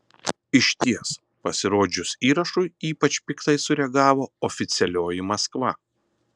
išties pasirodžius įrašui ypač piktai sureagavo oficialioji maskva